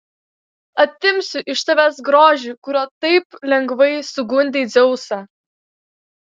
atimsiu iš tavęs grožį kuriuo taip lengvai sugundei dzeusą